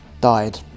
died